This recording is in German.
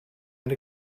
eine